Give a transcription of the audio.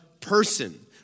person